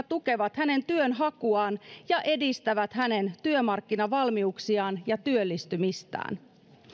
tukevat hänen työnhakuaan ja edistävät hänen työmarkkinavalmiuksiaan ja työllistymistään